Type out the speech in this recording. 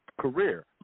Career